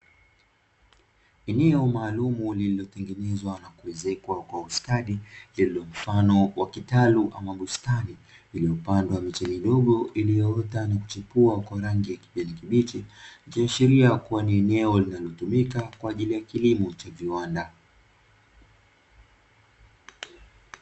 Jengo maalumu lilotengenezwa na kuezekwa kwa ustadi lenye mfano wa kitalu ama bustani, limepandwa miche midogo iliyoota na kuchipua kwa rangi ya kijani kibichi, ikiashiria kuwa ni eneo linalotumika kwa ajili ya kilimo cha viwanda.